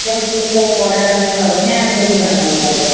চল তাহলে চ পরে আরো দেখা হবে হ্যাঁ আমি তোকে জানাবো তাহলে